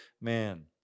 man